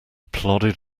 plodded